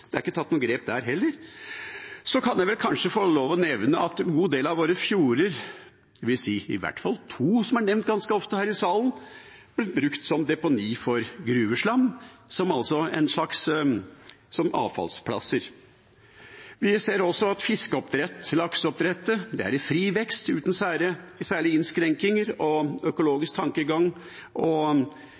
er ikke tatt noe grep der heller. Så kan jeg vel kanskje få lov til å nevne at en god del av våre fjorder, dvs. i hvert fall to, som er nevnt ganske ofte her i salen, blir brukt som deponi for gruveslam, altså som en slags avfallsplass. Vi ser også at fiskeoppdrett, lakseoppdrett, er i fri vekst uten særlige innskrenkinger og økologisk tankegang og